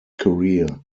career